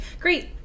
great